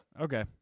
Okay